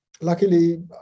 luckily